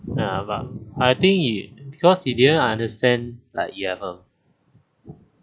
ya but I think it because he didn't understand like you ever